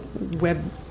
web